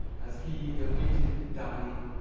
as he, defeated, dying,